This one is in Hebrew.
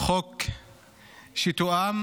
חוק שתואם